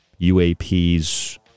UAPs